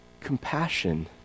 compassion